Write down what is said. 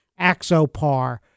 Axopar